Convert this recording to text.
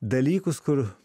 dalykus kur